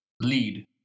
lead